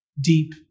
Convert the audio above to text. deep